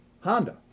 Honda